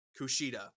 Kushida